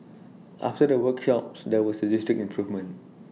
after the workshops there was A distinct improvement